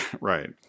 Right